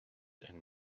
and